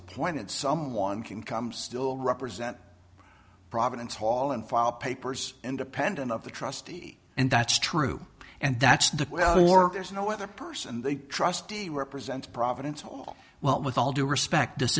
appointed someone can come still represent providence hall and filed papers independent of the trustee and that's true and that's the question or there's no other person they trust the represent providence all well with all due respect this